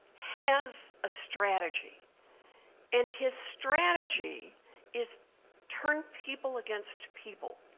has a strategy and his strategy is turn people against people,